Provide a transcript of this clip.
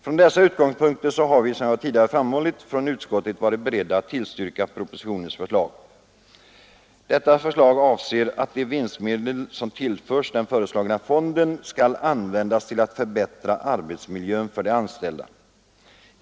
Från dessa utgångspunkter är utskottet, som jag tidigare framhållit, berett att tillstyrka propositionens förslag. De vinstmedel som tillförs den föreslagna fonden skall användas till att förbättra arbetsmiljön för de anställda.